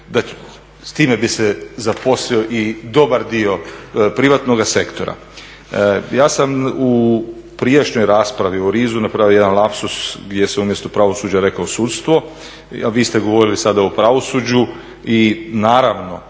S time bi se zaposlio i dobar dio privatnoga sektora. Ja sam u prijašnjoj raspravi o RIZ-u napravio jedan lapsus gdje sam umjesto pravosuđa rekao sudstvo. Vi ste govorili sada o pravosuđu i naravno